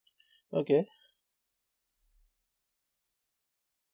okay